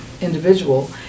individual